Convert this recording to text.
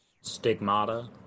Stigmata